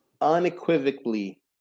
unequivocally